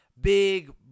Big